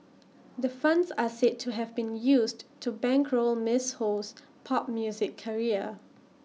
the funds are said to have been used to bankroll miss Ho's pop music career